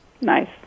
Nice